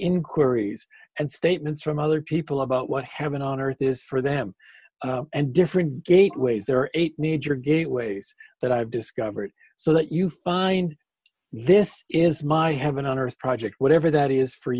inquiries and statements from other people about what heaven on earth is for them and different gateways there are eight major gateways that i've discovered so that you find this is my heaven on earth project whatever that is for